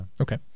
Okay